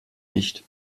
nicht